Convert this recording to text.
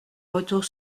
retour